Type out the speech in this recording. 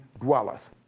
dwelleth